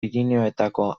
pirinioetako